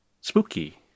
spooky